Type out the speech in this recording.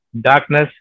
darkness